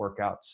workouts